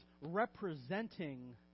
representing